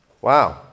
Wow